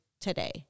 today